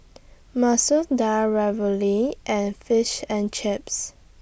Masoor Dal Ravioli and Fish and Chips